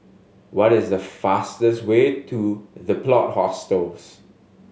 what is the fastest way to The Plot Hostels